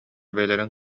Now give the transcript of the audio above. бэйэлэрин